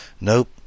Nope